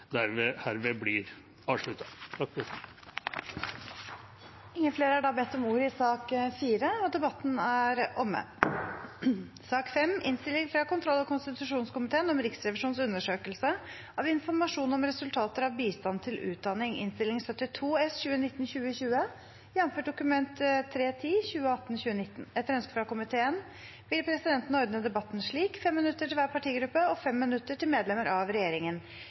dem herved blir avsluttet. Flere har ikke bedt om ordet til sak nr. 4. Etter ønske fra kontroll- og konstitusjonskomiteen vil presidenten ordne debatten slik: 5 minutter til hver partigruppe og 5 minutter til medlemmer av regjeringen.